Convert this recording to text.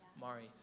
Mari